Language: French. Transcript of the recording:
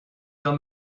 dans